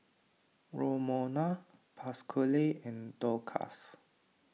Romona Pasquale and Dorcas